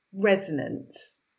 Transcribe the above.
resonance